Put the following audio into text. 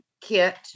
kit